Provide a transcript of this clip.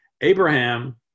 Abraham